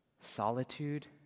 solitude